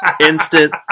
Instant